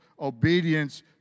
obedience